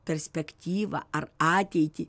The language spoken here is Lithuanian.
perspektyvą ar ateitį